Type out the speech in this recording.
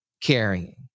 carrying